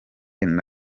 and